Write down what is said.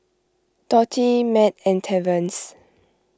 Dorthey Mat and Terence